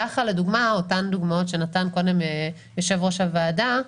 כך אותן דוגמאות שהציג קודם יושב-ראש הוועדה,